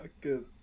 good